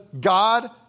God